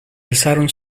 alzaron